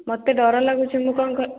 ମୋତେ ଡର ଲାଗୁଛି ମୁ କ'ଣ